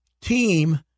team